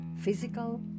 physical